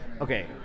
Okay